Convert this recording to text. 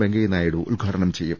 വെങ്കയ്യ നായിഡു ഉദ്ഘാ ടനം ചെയ്യും